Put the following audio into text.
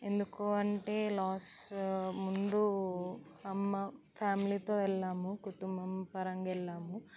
ఎందుకు అంటే లాస్ ముందు అమ్మ ఫ్యామిలీతో వెళ్ళాము కుటుంబం పరంగా వెళ్ళాము